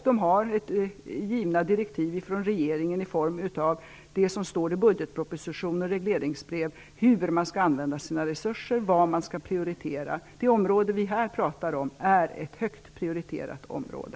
De har givna direktiv från regeringen i form av det som står i budgetproposition och regleringsbrev om hur man skall använda sina resurser och vad man skall prioritera. Det område vi här pratar om är ett högt prioriterat område.